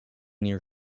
near